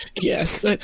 Yes